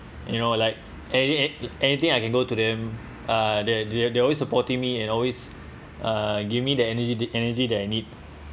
you know like anyth~ anything I can go to them uh they they they always supporting me and always uh give me that energy energy that I need